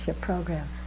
program